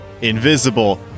Invisible